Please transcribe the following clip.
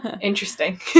Interesting